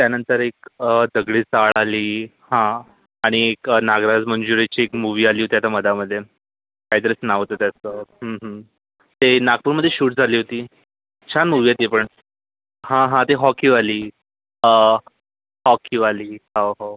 त्यानंतर एक दगडी चाळ आली हां आणि एक नागराज मंजुळेची एक मूवी आली होती आता मधामध्ये काहीतरीच नाव होतं त्याचं ते नागपूरमध्ये शूट झाली होती छान मूवी आहे ती पण हां हां ते हॉकीवाली हॉकीवाली हो हो